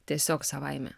tiesiog savaime